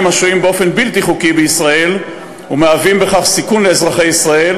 השוהים באופן בלתי חוקי בישראל ומהווים בכך סיכון לאזרחי ישראל,